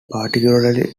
particularly